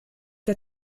der